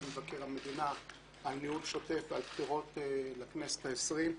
מבקר המדינה על ניהול שוטף ועל בחירות לכנסת העשרים.